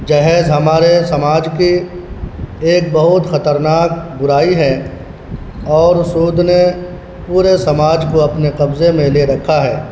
جہیز ہمارے سماج کی ایک بہت خطرناک برائی ہے اور سود نے پورے سماج کو اپنے قبضے میں لے رکھا ہے